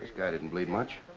guy didn't bleed much.